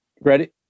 Ready